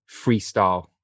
freestyle